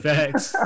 Facts